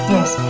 Yes